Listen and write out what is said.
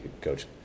coach